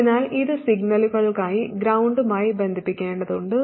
അതിനാൽ ഇത് സിഗ്നലുകൾക്കായി ഗ്രൌണ്ടുമായി ബന്ധിപ്പിക്കേണ്ടതുണ്ട്